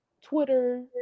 Twitter